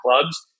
clubs